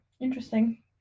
Interesting